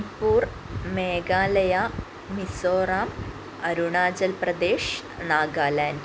Manipur Meghalaya Mizoram Arunachal Pradesh Nagaland